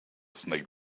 snagged